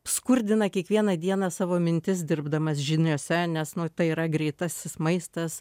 skurdina kiekvieną dieną savo mintis dirbdamas žiniose nes nu tai yra greitasis maistas